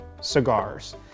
cigars